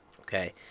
okay